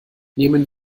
nehmen